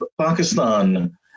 Pakistan